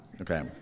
okay